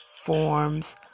forms